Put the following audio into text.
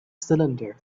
cylinder